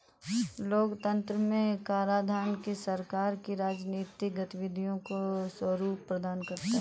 लोकतंत्र में कराधान ही सरकार की राजनीतिक गतिविधियों को स्वरूप प्रदान करता है